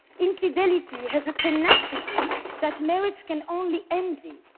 infidelity has a tenacity that marriage can only envy,